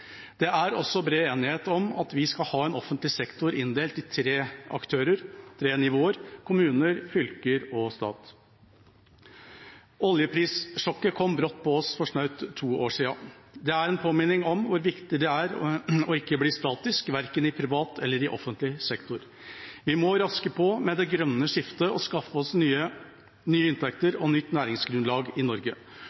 Det er også bred enighet om at vi skal ha en offentlig sektor inndelt i tre aktører, tre nivåer: kommuner, fylker og stat. Oljeprissjokket kom brått på oss for snaut to år siden. Det er en påminning om hvor viktig det er ikke å bli statisk, verken i privat eller i offentlig sektor. Vi må raske på med det grønne skiftet og skaffe oss nye inntekter